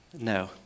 No